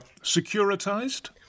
securitized